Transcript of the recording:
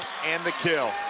and the kill.